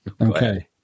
okay